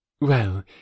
Well